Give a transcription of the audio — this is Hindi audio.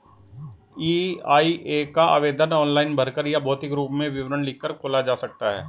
ई.आई.ए का आवेदन ऑनलाइन भरकर या भौतिक रूप में विवरण लिखकर खोला जा सकता है